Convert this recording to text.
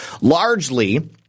largely